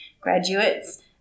graduates